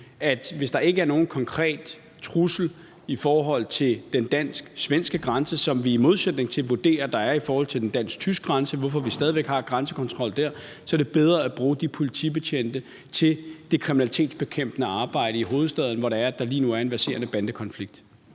vi, hvis der ikke er nogen konkret trussel i forhold til den dansk-svenske grænse i modsætning til den dansk-tyske grænse, hvor vi vurderer at der er en konkret trussel, hvorfor vi stadig har grænsekontrol dér, at det så giver bedst mening, og at det er bedre at bruge de politibetjente til det kriminalitetsbekæmpende arbejde i hovedstaden, hvor der lige nu er en verserende bandekonflikt.